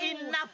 enough